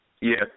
Yes